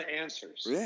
answers